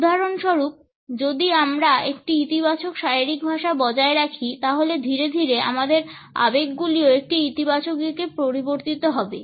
উদাহরণস্বরূপ যদি আমরা একটি ইতিবাচক শারীরিক ভাষা বজায় রাখি তাহলে ধীরে ধীরে আমাদের আবেগগুলিও একটি ইতিবাচক দিকে পরিবর্তিত হবে